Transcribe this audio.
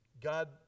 God